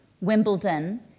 Wimbledon